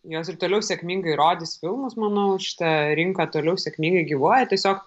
jos ir toliau sėkmingai rodys filmus manau šita rinka toliau sėkmingai gyvuoja tiesiog